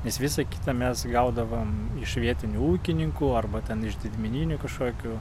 nes visą kitą mes gaudavom iš vietinių ūkininkų arba ten iš didmeninių kažkokių